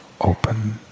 open